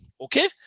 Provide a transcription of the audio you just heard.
Okay